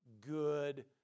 good